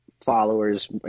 followers